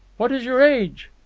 what is your age?